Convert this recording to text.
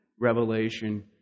revelation